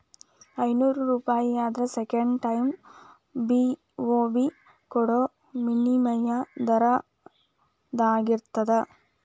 ಐನೂರೂಪಾಯಿ ಆದ್ರ second time BOB ಕೊಡೋ ವಿನಿಮಯ ದರದಾಗಿರ್ತದ